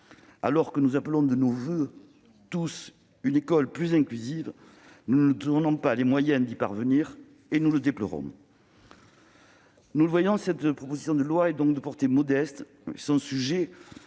Alors que nous appelons tous de nos voeux une école plus inclusive, nous ne nous donnons pas les moyens d'y parvenir. Nous le déplorons. Nous le voyons, cette proposition de loi est de portée modeste, son sujet